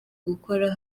gukora